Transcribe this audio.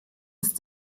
ist